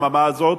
מעל הבמה הזאת,